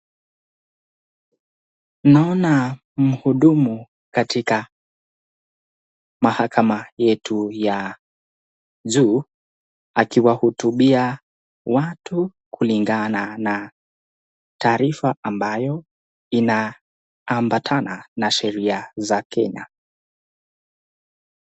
Naona mhudumu katika mahakama yetu ya juu, akiwahutubia watu kulingana na taarifa ambayo inaambatana na sheria za Kenya.